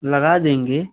लगा देंगे